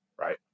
right